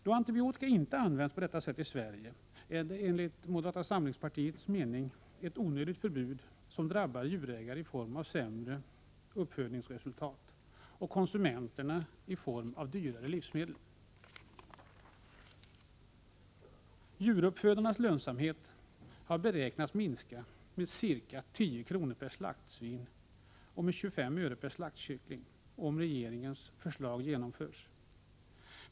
Då antibiotika inte används på detta sätt i Sverige är det enligt moderata samlingspartiets mening ett onödigt förbud som drabbar djurägarna i form av sämre uppfödningsresultat och konsumenterna i form av dyrare livsmedel. Djuruppfödarnas lönsamhet har beräknats minska med 10 kr. per slaktsvin och med 25 öre per slaktkyckling, om regeringens förslag genomförs.